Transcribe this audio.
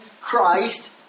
Christ